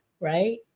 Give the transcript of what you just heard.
right